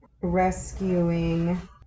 rescuing